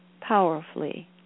powerfully